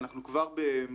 אנחנו כבר במסקנות,